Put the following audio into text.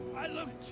i love